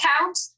account